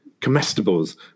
Comestibles